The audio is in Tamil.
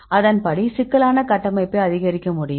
அதன்படி சிக்கலான கட்டமைப்பை அதிகரிக்க முடியும்